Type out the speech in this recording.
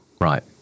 right